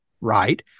right